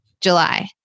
July